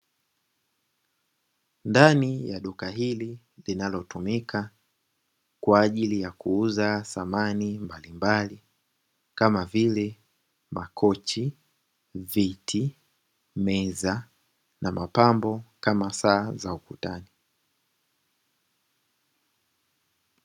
Ndani ya duka hili linalotumika kwa ajili ya kuuza samani mbalimbali kama vile makochi, viti , meza na mapambo kama saa za ukutani.